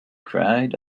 cried